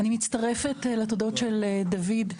אני מצטרפת לתודות של דוד,